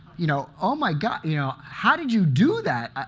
you know, oh my god. you know, how did you do that?